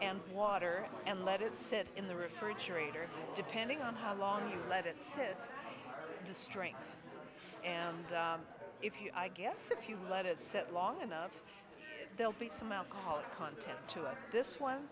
and water and let it sit in the refrigerator depending on how long you let it sit to strengthen and if you i guess if you let it set long enough they'll be some alcohol content to us this one